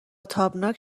تابناک